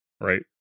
right